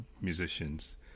musicians